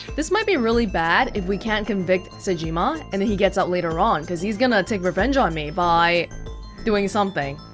this might be really bad if we can't convict sejima, and then he gets out later on cause he's gonna take revenge on me by doing something.